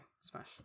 Smash